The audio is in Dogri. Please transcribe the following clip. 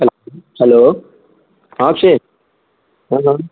हैलो आं अक्षय आं आं